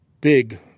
Big